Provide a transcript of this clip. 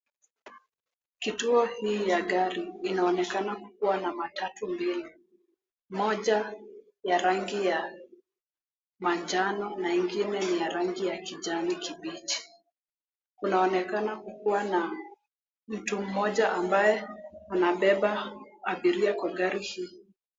Kituo hii ya gari inaonekana kuwa na matatu mbili. Moja ya rangi ya manjano, na ingine ni ya rangi ya kijani kibichi. Kunaonekana kukuwa na mtu mmoja ambaye anabeba abiria kwa gari hii.